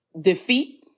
defeat